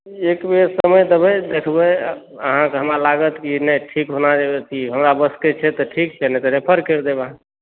एक बेर समय देबै देखबै अहाँ तऽ हमरा लागत कि नहि ठीक होना हमरा वशकेँ छै नहि तऽ रेफर करि देब अहाँ